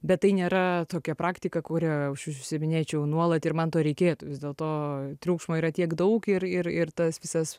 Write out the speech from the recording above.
bet tai nėra tokia praktika kuria aš užsiiminėčiau nuolat ir man to reikėtų vis dėlto triukšmo yra tiek daug ir ir ir tas visas